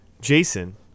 Jason